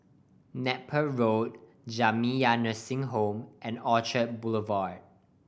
Napier Road Jamiyah Nursing Home and Orchard Boulevard